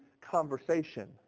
conversation